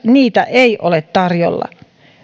niitä ei ole tarjolla